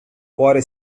cuore